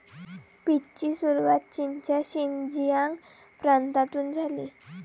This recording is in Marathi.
पीचची सुरुवात चीनच्या शिनजियांग प्रांतातून झाली